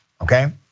Okay